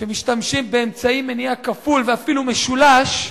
שמשתמשים באמצעי מניעה כפול ואפילו משולש,